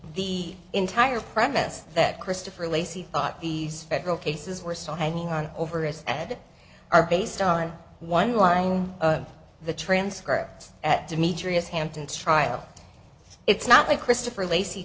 the entire premise that christopher lacy thought these federal cases were still hanging on over his head are based on one line the transcript at demetrius hampton trial it's not like christopher lac